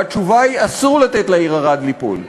והתשובה היא: אסור לתת לעיר ערד ליפול.